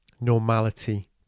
normality